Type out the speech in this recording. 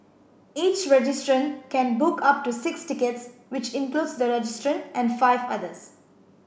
each registrant can book up to six tickets which includes the registrant and five others